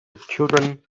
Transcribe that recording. children